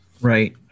right